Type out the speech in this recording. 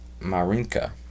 marinka